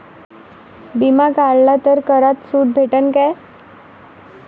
बिमा काढला तर करात सूट भेटन काय?